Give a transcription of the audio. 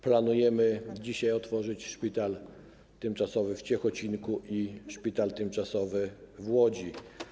Planujemy dzisiaj otworzyć szpital tymczasowy w Ciechocinku i szpital tymczasowy w Łodzi.